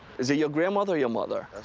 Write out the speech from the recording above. is it your grandmother or your mother?